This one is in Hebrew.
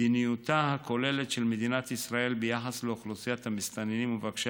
מדיניותה הכוללת של מדינת ישראל ביחס לאוכלוסיית המסתננים ומבקשי